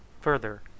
Further